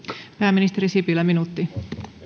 pääministeri sipilä yksi minuutti edustaja